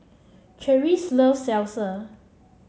Cherise loves Salsa